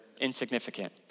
insignificant